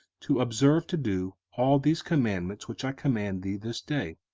to observe to do all these commandments which i command thee this day.